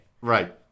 Right